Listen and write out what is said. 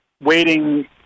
waiting